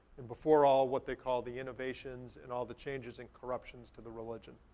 and before all what they call the innovations and all the changes and corruptions to the religion.